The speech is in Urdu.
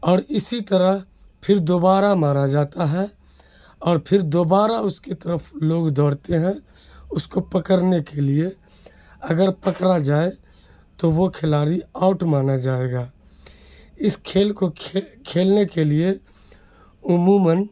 اور اسی طرح پھر دوبارہ مارا جاتا ہے اور پھر دوبارہ اس کی طرف لوگ دوڑتے ہیں اس کو پکڑنے کے لیے اگر پکڑا جائے تو وہ کھلاڑی آؤٹ مانا جائے گا اس کھیل کو کھیلنے کے لیے عموماً